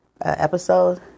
episode